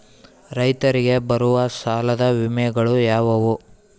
ರೈತರಿಗೆ ಬರುವ ಸಾಲದ ವಿಮೆಗಳು ಯಾವುವು?